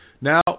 Now